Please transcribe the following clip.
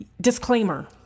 disclaimer